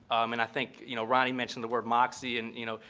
i mean i think you know ronnie mentioned the word moxy and, you know,